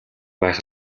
байх